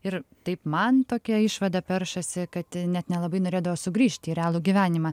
ir taip man tokia išvada peršasi kad net nelabai norėdavo sugrįžti į realų gyvenimą